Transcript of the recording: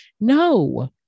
no